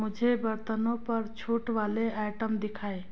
मुझे बर्तनों पर छूट वाले आइटम दिखाएँ